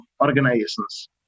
organizations